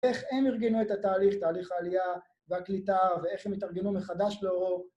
איך הם ארגנו את התהליך, תהליך העלייה, והקליטה, ואיך הם התארגנו מחדש לאורו